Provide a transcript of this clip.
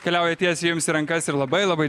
keliauja tiesiai jums į rankas ir labai labai